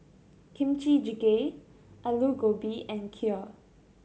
Kimchi Jjigae Alu Gobi and Kheer